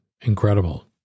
Incredible